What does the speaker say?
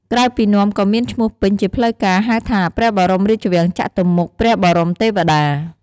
ក្រៅពីនាំក៏មានឈ្មោះពេញជាផ្លូវការណ៍ហៅថា "ព្រះបរមរាជវាំងចតុមុខ ព្រះបរមទេវតា"។